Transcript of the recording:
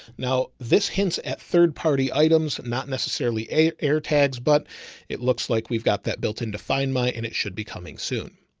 now this hints at third party items, not necessarily air tags, but it looks like we've got that built in to find my, and it should be coming soon.